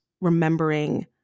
remembering